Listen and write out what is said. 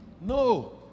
No